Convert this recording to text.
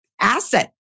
asset